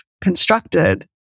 constructed